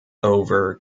over